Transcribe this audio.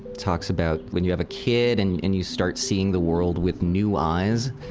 talks about when you have a kid and and you start seeing the world with new eyes.